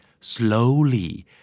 Slowly